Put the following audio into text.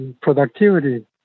productivity